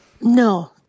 No